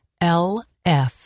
lf